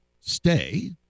stay